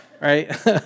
right